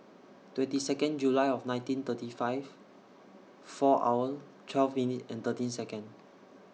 twenty Second July of nineteen thirty five four hour twelve minute thirteen Second